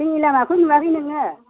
जोंनि लामाखौ नुवाखै नोङो